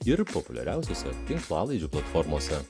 ir populiariausiose tinklalaidžių platformose